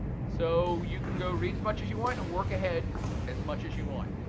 so you can go read as much as you want and work ahead as much as you want.